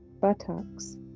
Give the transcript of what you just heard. Buttocks